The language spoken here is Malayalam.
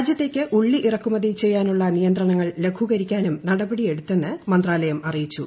രാജ്യത്തേക്ക് ഉള്ളി ഇറക്കുമതി ചെയ്യാനുള്ള നിയന്ത്രണങ്ങൽ ലഘൂകരിക്കാനും നടപടിയെടുത്തെന്ന് മന്ത്രാലയം അറിയിച്ചു